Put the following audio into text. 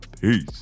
Peace